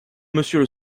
monsieur